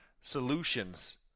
solutions